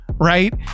Right